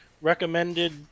recommended